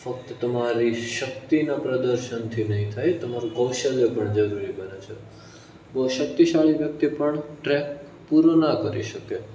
ફક્ત તમારી શક્તિના પ્રદર્શનથી નહીં થાય તમારું કૌશલ્ય પણ જરૂરી બને છે બહુ શક્તિશાળી વ્યક્તિ પણ ટ્રેક પૂરો ના કરી શકે